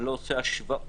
אני לא עושה השוואות